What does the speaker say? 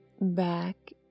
back